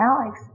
Alex